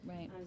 Right